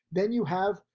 then you have,